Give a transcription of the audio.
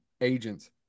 agents